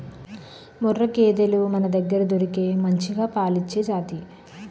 ముర్రా గేదెలు మనదగ్గర దొరికే మంచిగా పాలిచ్చే జాతి